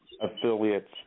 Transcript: affiliates